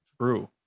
True